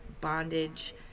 bondage